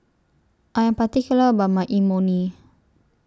I Am particular about My Imoni